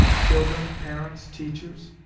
children, parents, teachers?